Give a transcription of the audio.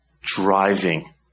driving